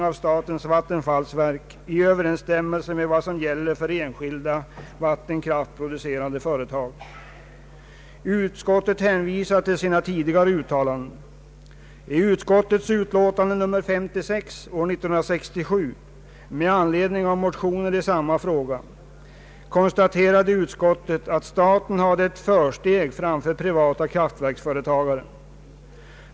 I utskottets betänkande nr 536 år 1967, med anledning av motioner i samma fråga, konstaterade utskottet att staten hade ett försteg framför privata kraftverksföretagare.